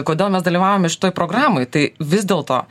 kodėl mes dalyvaujame šitoj programoj tai vis dėlto